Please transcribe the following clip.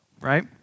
right